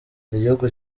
igihugu